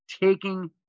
taking